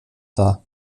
dar